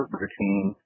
routine